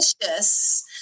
Delicious